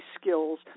skills